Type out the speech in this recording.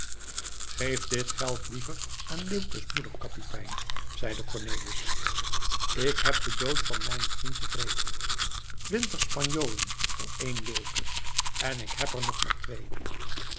geef dit geld liever aan leeuwkes moeder kapitein zeide cornelis ik heb den dood van mijnen vriend te wreken twintig spanjolen voor één leeuwke en ik heb er nog maar twee